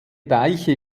deiche